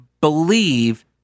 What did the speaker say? believe